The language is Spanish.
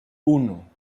uno